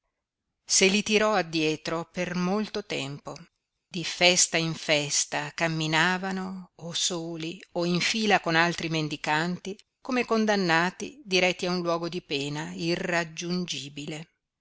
se li tirò addietro per molto tempo di festa in festa camminavano o soli o in fila con altri mendicanti come condannati diretti a un luogo di pena irraggiungibile